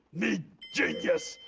me genius!